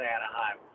Anaheim